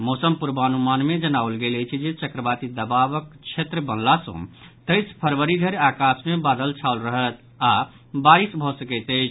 मौसम पूर्वानुमान में जनाओल गेल अछि जे चक्रवाती दबावक क्षेत्र बनला सॅ तेईस फरवरी धरि आकाश मे बादल छाओल रहत आओर बारिश भऽ सकैत अछि